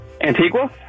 Antigua